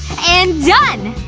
and done!